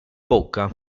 bocca